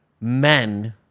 men